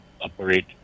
operate